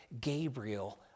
Gabriel